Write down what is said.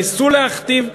גם את זה רצית?